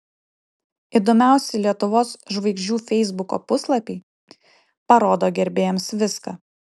įdomiausi lietuvos žvaigždžių feisbuko puslapiai parodo gerbėjams viską